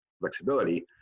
flexibility